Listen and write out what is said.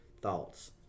Thoughts